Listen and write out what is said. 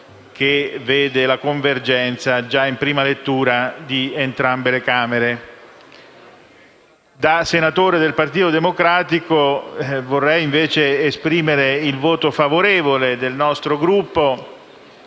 Da senatore del Partito Democratico vorrei invece esprimere il voto favorevole del nostro Gruppo